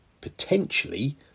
potentially